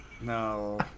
No